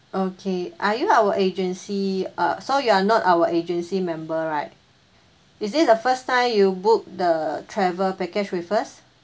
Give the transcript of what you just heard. okay are you our agency ah so you are not our agency member right is this the first time you book the travel package with us